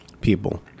people